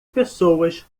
pessoas